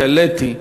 שהעליתי,